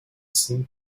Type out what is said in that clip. seemed